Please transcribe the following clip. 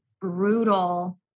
brutal